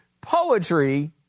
Poetry